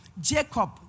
Jacob